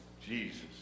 Jesus